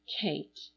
Kate